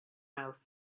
mouth